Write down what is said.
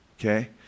okay